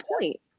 point